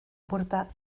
puerta